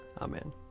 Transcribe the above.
Amen